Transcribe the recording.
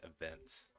events